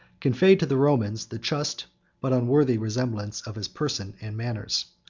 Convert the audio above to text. conveyed to the romans the just but unworthy resemblance of his person and manners.